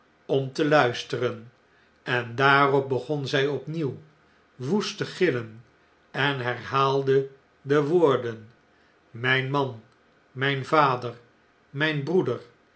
om te luisteren en daarop begon zjj opnieuw woest te gillen en herhaalde de woorden mijn man myn vader myn broeder